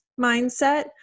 mindset